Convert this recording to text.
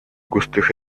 густых